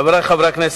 חברי חברי הכנסת,